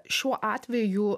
šiuo atveju